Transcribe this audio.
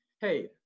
Hey